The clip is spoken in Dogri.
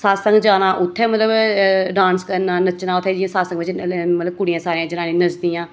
सत्संग जाना उत्थै मतलब डांस करना नच्चना उत्थै जाइयै सत्संग च मतलब कुड़ियां जनानियां सारियां नचदियां